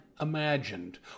imagined